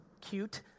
Cute